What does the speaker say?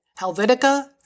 Helvetica